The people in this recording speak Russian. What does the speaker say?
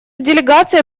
делегация